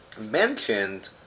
mentioned